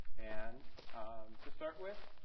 and to start with,